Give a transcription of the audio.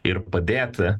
ir padėti